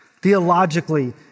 Theologically